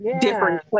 different